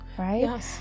Right